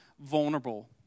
vulnerable